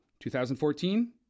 2014